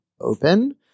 open